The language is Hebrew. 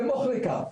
במוחרקה,